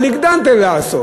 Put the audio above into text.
אבל הגדלתם לעשות,